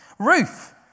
Ruth